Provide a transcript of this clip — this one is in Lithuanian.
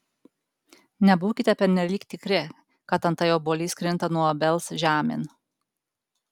nebūkite pernelyg tikri kad antai obuolys krinta nuo obels žemėn